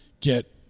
get